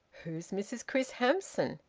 who's mrs chris hamson?